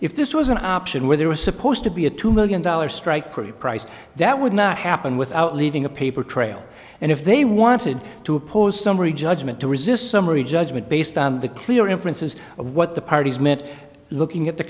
if this was an option where there was supposed to be a two million dollar strike pretty price that would not happen without leaving a paper trail and if they wanted to oppose summary judgment to resist summary judgment based on the clear in princes of what the parties meant looking at the